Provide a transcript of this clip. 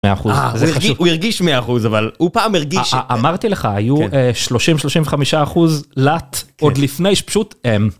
הוא הרגיש 100% אבל הוא פעם הרגיש... אמרתי לך היו 30 - 35 אחוז לט עוד לפני שפשוט.